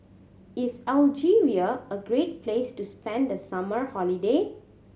is Algeria a great place to spend the summer holiday